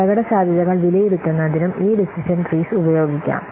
അപകടസാധ്യതകൾ വിലയിരുത്തുന്നതിനും ഈ ഡിസിഷൻ ട്രീസ് ഉപയോഗിക്കാം